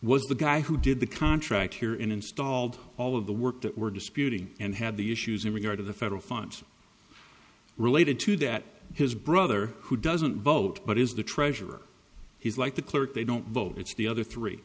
was the guy who did the contract here and installed all of the work that were disputing and had the issues in regard to the federal funds related to that his brother who doesn't vote but is the treasurer he's like the clerk they don't vote it's the other three